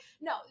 no